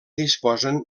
disposen